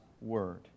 Word